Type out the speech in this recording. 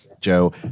Joe